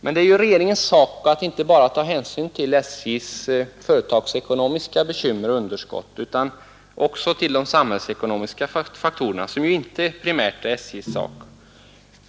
Men det är ju regeringens sak att ta hänsyn inte bara till SJ:s företagsekonomiska bekymmer och underskott utan också till de samhällsekonomiska faktorerna, som ju inte primärt är SJ:s sak.